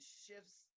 shifts